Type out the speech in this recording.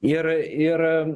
ir ir